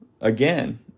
again